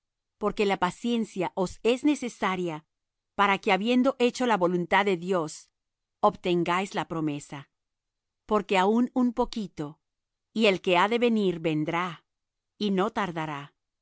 porque la paciencia os es necesaria para que habiendo hecho la voluntad de dios obtengáis la promesa porque aun un poquito y el que ha de venir vendrá y no tardará